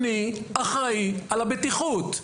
"אני אחראי על הבטיחות".